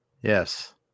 Yes